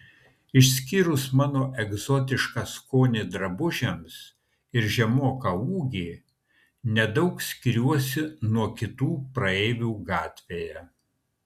išskyrus mano egzotišką skonį drabužiams ir žemoką ūgį nedaug skiriuosi nuo kitų praeivių gatvėje